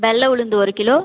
வெள்ளை உளுந்து ஒரு கிலோ